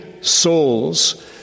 souls